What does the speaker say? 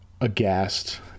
aghast